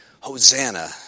Hosanna